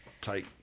take